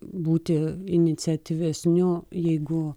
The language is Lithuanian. būti iniciatyvesniu jeigu